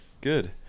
Good